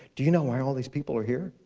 do you know why all these people are here?